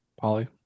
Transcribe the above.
Polly